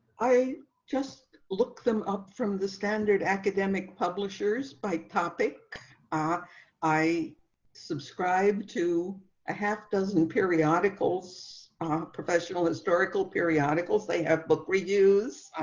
i just look them up from the standard academic publishers by topic ah i subscribe to a half dozen periodicals professional historical periodicals. they have book reviews.